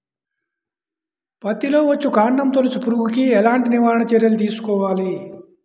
పత్తిలో వచ్చుకాండం తొలుచు పురుగుకి ఎలాంటి నివారణ చర్యలు తీసుకోవాలి?